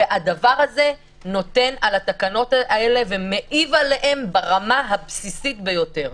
וזה מעיב על התקנות האלה ברמה הבסיסית ביותר.